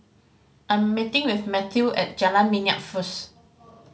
I am meeting Mathew at Jalan Minyak first